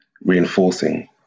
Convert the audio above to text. reinforcing